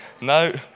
No